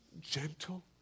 gentle